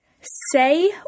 Say